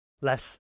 Less